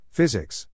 Physics